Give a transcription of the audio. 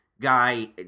guy